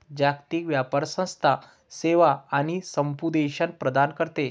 जागतिक व्यापार संस्था सेवा आणि समुपदेशन प्रदान करते